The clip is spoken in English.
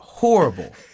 horrible